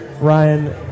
Ryan